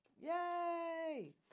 Yay